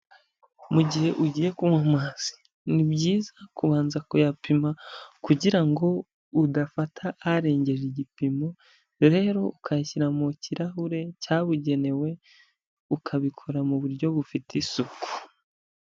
Mu gihe ugiye kunywa amazi, ni byiza kubanza kuyapima, kugira ngo udafata arengeje igipimo rero ukayashyira mu kirahure cyabugenewe ukabikora mu buryo bufite isuku.